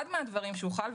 אחד הדברים שהוחל,